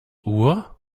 uhr